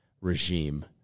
regime